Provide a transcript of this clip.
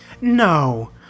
No